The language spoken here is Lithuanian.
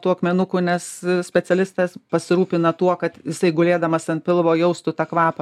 tų akmenukų nes specialistas pasirūpina tuo kad jisai gulėdamas ant pilvo jaustų tą kvapą